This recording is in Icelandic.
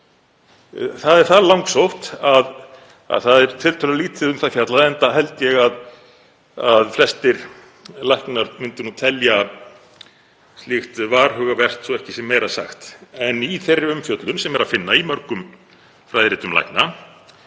Það er það langsótt að það er tiltölulega lítið um það fjallað, enda held ég að flestir læknar myndu nú telja slíkt varhugavert, svo ekki sé meira sagt. En í þeirri umfjöllun sem er að finna í mörgum fræðiritum lækna